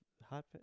hot